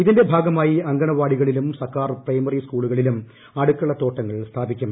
ഇതിന്റെ ഭാഗമായി അങ്കണവാടികളിലും സർക്കാർ പ്രൈമറി സ്കൂളുകളിലും അടുക്കളുത്തോട്ടങ്ങൾ സ്ഥാപിക്കും